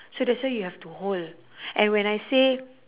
so that's why you have to hold and when I say